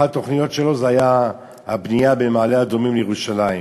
אחת התוכניות שלו הייתה הבנייה במעלה-אדומים ירושלים.